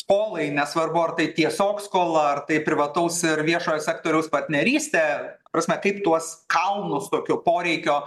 polai nesvarbu ar tai tiesiog skola ar tai privataus ir viešojo sektoriaus partnerystė prasme kaip tuos kalnus tokio poreikio